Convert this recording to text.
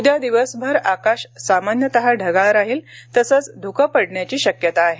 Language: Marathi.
उद्या दिवसभर आकाश सामान्यतः ढगाळ राहील तसच धुकं पडण्याची शक्यता आहे